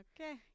Okay